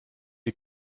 die